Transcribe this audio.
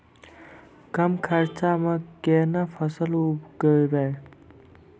कम खर्चा म केना फसल उगैबै?